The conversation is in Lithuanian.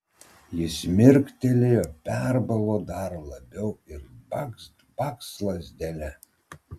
jis mirktelėjo perbalo dar labiau ir bakst bakst lazdele